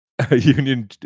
Union